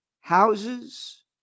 houses